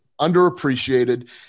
underappreciated